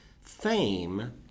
fame